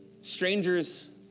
strangers